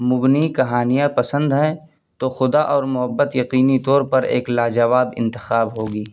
مبنی کہانیاں پسند ہیں تو خدا اور محبت یقینی طور پر ایک لاجواب انتخاب ہوگی